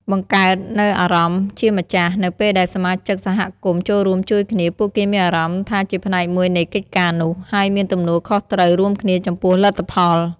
បង្កើតនូវអារម្មណ៍ជាម្ចាស់ នៅពេលដែលសមាជិកសហគមន៍ចូលរួមជួយគ្នា ពួកគេមានអារម្មណ៍ថាជាផ្នែកមួយនៃកិច្ចការនោះ ហើយមានទំនួលខុសត្រូវរួមគ្នាចំពោះលទ្ធផល។